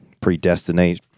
Predestinate